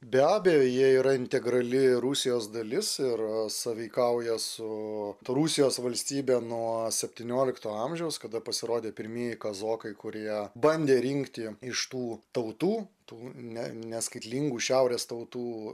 be abejo jie yra integrali rusijos dalis ir sąveikauja su rusijos valstybe nuo septyniolikto amžiaus kada pasirodė pirmieji kazokai kurie bandė rinkti iš tų tautų tų ne neskaitlingų šiaurės tautų